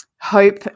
hope